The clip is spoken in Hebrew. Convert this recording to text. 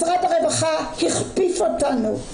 משרד הרווחה הכפיף אותנו,